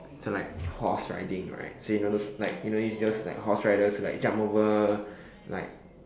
so like horse riding right so you know those like you know those horse riders will like jump over like